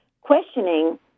questioning